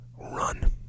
run